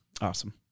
Awesome